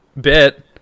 bit